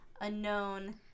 unknown